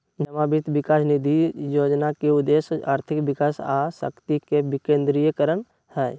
जमा वित्त विकास निधि जोजना के उद्देश्य आर्थिक विकास आ शक्ति के विकेंद्रीकरण हइ